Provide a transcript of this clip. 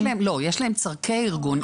יש להם צרכי ארגון.